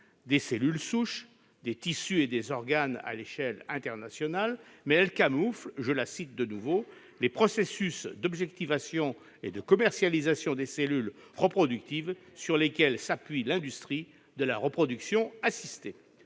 des cellules souches, des tissus et des organes à l'échelle internationale, mais elle camoufle, selon cet auteur, « les processus de commercialisation des cellules reproductives sur lesquelles s'appuie l'industrie de la reproduction assistée